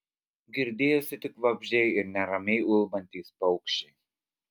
girdėjosi tik vabzdžiai ir neramiai ulbantys paukščiai